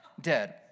dead